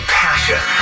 passion